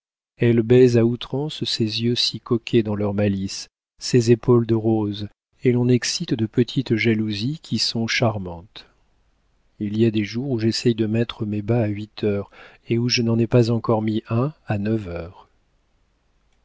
elle baise à outrance ces yeux si coquets dans leur malice ces épaules de rose et l'on excite de petites jalousies qui sont charmantes il y a des jours où j'essaie de mettre mes bas à huit heures et où je n'en ai pas encore mis un à neuf heures